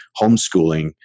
homeschooling